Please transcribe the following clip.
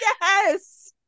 Yes